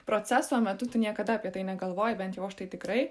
proceso metu tu niekada apie tai negalvoji bent jau aš tai tikrai